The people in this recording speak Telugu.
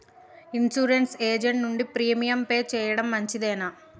ఇన్సూరెన్స్ ఏజెంట్ నుండి ప్రీమియం పే చేయడం మంచిదేనా?